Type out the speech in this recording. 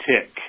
tick